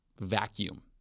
vacuum